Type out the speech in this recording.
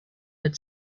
had